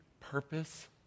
purpose